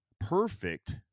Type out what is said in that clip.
perfect